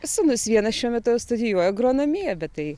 sūnus vienas šiuo metu studijuoja agronomiją bet tai